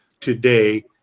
today